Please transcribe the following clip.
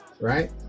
right